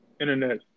internet